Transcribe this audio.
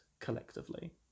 collectively